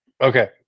Okay